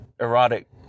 erotic